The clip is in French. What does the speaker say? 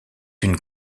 une